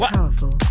Powerful